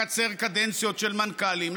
לקצר קדנציות של מנכ"לים,